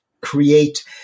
create